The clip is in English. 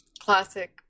classic